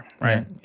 right